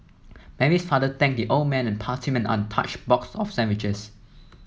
Mary's father thanked the old man and passed him an untouched box of sandwiches